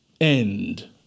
end